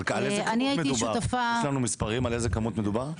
על איזה כמות מדובר?